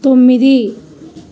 తొమ్మిది